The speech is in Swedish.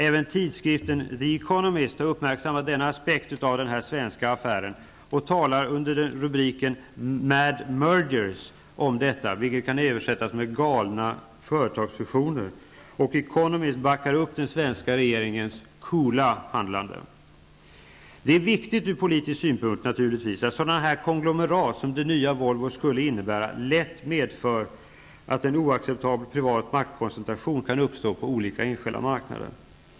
Även tidskriften The Economist har uppmärksammat denna aspekt av den här svenska affären och talar om detta under den talade rubriken Mad Mergers, vilket kan översättas med Galna företagsfusioner, och Economist backar upp svenska regeringens ''coola'' Viktigt från politisk synpunkt är naturligtvis att sådana konglomerat som Det Nya Volvo skulle innebära lätt medför en oacceptabel privat maktkoncentration på enskilda marknader.